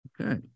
Okay